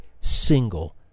single